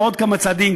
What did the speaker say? ועוד כמה צעדים,